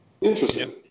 Interesting